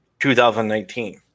2019